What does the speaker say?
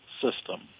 system